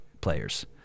players